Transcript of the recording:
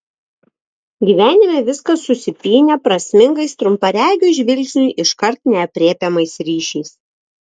gyvenime viskas susipynę prasmingais trumparegiui žvilgsniui iškart neaprėpiamais ryšiais